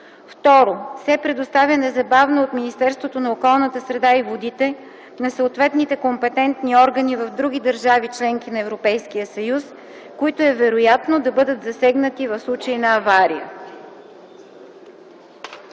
2. се предоставя незабавно от Министерство на околната среда и водите на съответните компетентни органи в други държави – членки на Европейския съюз, които е вероятно да бъдат засегнати в случай на авария.”